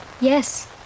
Yes